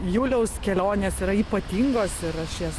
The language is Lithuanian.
juliaus kelionės yra ypatingos ir aš jas